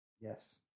Yes